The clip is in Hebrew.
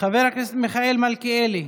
חבר הכנסת מיכאל מלכיאלי,